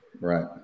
Right